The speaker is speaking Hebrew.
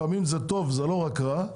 לפעמים זה טוב זה לא רק רע,